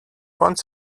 wants